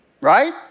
right